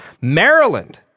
Maryland